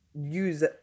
use